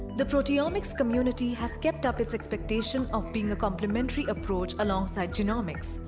the proteomics community has kept up its expectation of being a complementary approach alongside genomics,